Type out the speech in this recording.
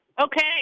Okay